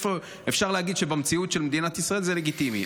אפשר להגיד שבמציאות של מדינת ישראל זה לגיטימי.